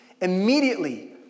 immediately